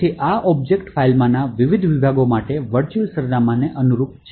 તેથી આ ઑબ્જેક્ટ ફાઇલમાંના વિવિધ વિભાગો માટેના વર્ચુઅલ સરનામાંને અનુરૂપ છે